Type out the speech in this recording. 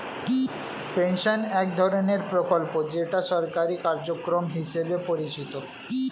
pension এক ধরনের প্রকল্প যেটা সরকারি কার্যক্রম হিসেবে পরিচিত